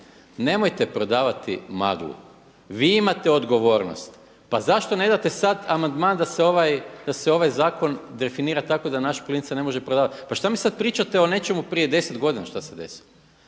Nemojte prodavati maglu, vi imate odgovornost. Pa zašto ne date sada amandman da se ovaj zakon definira tako da naš plin se ne može prodavati. Pa šta mi sada pričate o nečemu prije 10 godina šta se desilo.